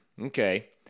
Okay